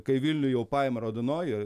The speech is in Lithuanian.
kai vilnių jau paima raudonoji